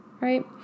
right